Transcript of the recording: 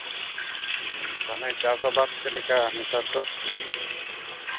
ᱛᱟᱦᱚᱞᱮ ᱪᱟᱥ ᱟᱵᱟᱫ ᱪᱮᱫ ᱞᱮᱠᱟ ᱱᱮᱛᱟᱨ ᱫᱚ